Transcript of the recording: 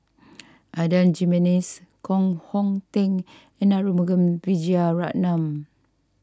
Adan Jimenez Koh Hong Teng and Arumugam Vijiaratnam